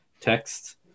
text